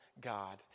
God